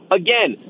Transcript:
again